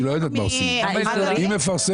היא לא יודעת מה עושים, היא מפרסמת.